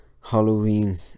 Halloween